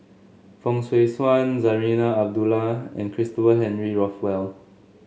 Fong Swee Suan Zarinah Abdullah and Christopher Henry Rothwell